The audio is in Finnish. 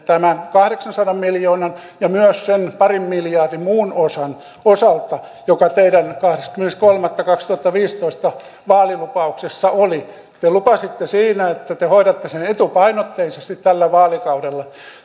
tämän kahdeksansadan miljoonan ja myös sen parin miljardin muun osan osalta joka teidän kahdeskymmenes kolmatta kaksituhattaviisitoista vaalilupauksessanne oli te lupasitte siinä että te hoidatte sen etupainotteisesti tällä vaalikaudella